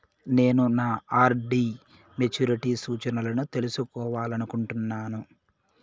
నేను నా RD maturity సూచనలను తెలుసుకోవాలనుకుంటున్నాను